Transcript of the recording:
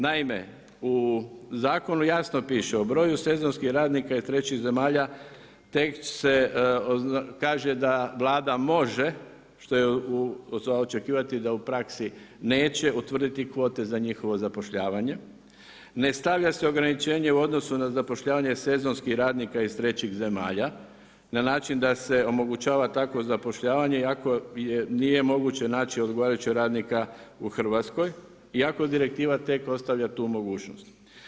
Naime, u zakonu jasno piše, o broju sezonskih radnika iz trećih zemalja, tek se kaže da Vlada može, što je za očekivati da u praksi neće utvrditi kvote za njihovo zapošljavanje, ne stavlja se ograničenje u odnosu na zapošljavanje sezonskih radnika iz trećih zemalja, na način da se omogućava takvo zapošljavanje i ako nije moguć naći odgovarajućeg radnika u Hrvatskoj i ako direktiva tek ostavlja tu mogućnost.